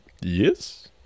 Yes